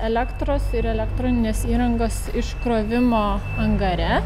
elektros ir elektroninės įrangos iškrovimo angare